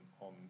on